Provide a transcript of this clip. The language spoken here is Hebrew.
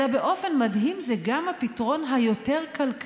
אלא באופן מדהים זה גם הפתרון היותר-כלכלי: